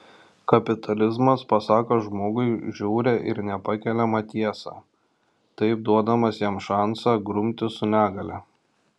kapitalizmas pasako žmogui žiaurią ir nepakeliamą tiesą taip duodamas jam šansą grumtis su negalia